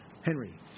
Henry